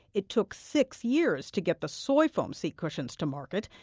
it took six years to get the soy foam seat cushions to market.